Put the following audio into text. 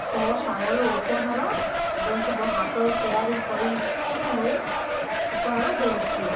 ମୋ ସାଙ୍ଗରେ ଉପହାର ମୋ ହାତର ତିଆରି କରିକି ମୁଁ ଉପହାର ଦେଉଛି